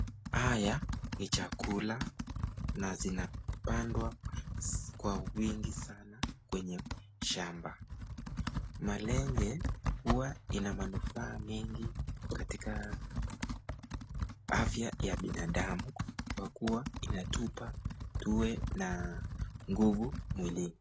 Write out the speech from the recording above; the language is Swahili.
Haya ni chakula na zinapandwa kwa wingi sana kwenye shamba. Malenge huwa yenye manufaa mingi kwenye mwili wa binadamu kwa kuwa huwa inatupa tiwe na nguvu nyingi mwili.